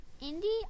Indy